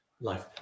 life